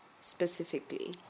specifically